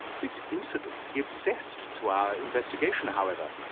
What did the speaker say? this incident gives zest to our investigation, however,